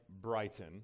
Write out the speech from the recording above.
Brighton